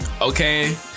Okay